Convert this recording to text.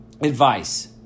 advice